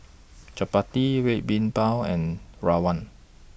Chappati Red Bean Bao and Rawon